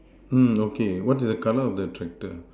mm okay what is the color of the tractor